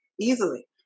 easily